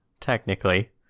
technically